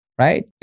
right